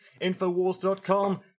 InfoWars.com